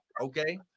Okay